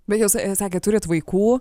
bet jau sa sakėt turit vaikų